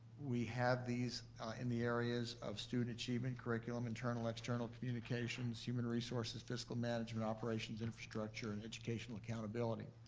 we have these in the areas of student achievement, curriculum, internal external communications, human resources, fiscal management, operations infrastructure, and educational accountability.